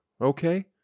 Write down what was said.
okay